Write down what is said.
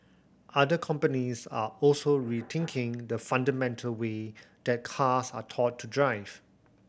other companies are also rethinking the fundamental way that cars are taught to drive